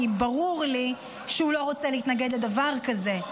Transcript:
כי ברור לי שהוא לא רוצה להתנגד לדבר כזה.